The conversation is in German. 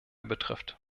betrifft